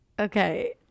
okay